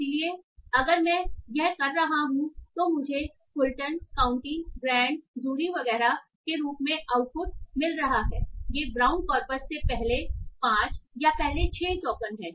इसलिए अगर मैं यह कर रहा हूं तो मुझे फुल्टन काउंटी ग्रैंड जूरी वगैरह के रूप में आउटपुट मिल रहा है ये ब्राउन कॉर्पस से पहले 5 या पहले 6 टोकन हैं